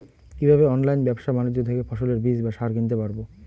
কীভাবে অনলাইন ব্যাবসা বাণিজ্য থেকে ফসলের বীজ বা সার কিনতে পারবো?